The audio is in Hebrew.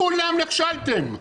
כולכם נכשלתם.